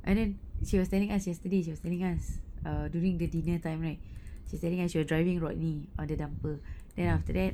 and then she was telling us yesterday she was telling us err during the dinner time right she was telling us she was driving rodney on the dumper then after that